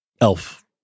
Elf